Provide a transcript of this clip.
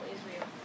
Israel